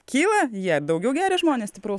kyla jie daugiau geria žmonės stipraus